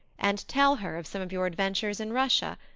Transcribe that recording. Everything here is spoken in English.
and tell her of some of your adventures in russia,